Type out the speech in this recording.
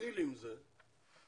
ונוכל להתקדם.